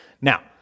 Now